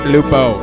Lupo